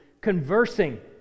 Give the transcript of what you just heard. conversing